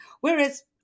Whereas